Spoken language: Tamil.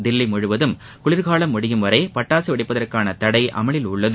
தில்லி முழுவதும் குளிர்காலம் முடியும் வரை பட்டாசு வெடிப்பதற்கான தடை அமலில் உள்ளது